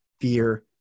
fear